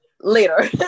later